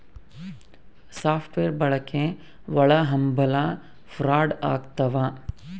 soft wear ಬಳಕೆ ಒಳಹಂಭಲ fraud ಆಗ್ತವ